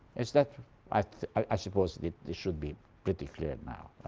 is that i suppose it should be pretty clear now.